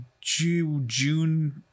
june